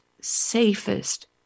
safest